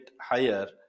higher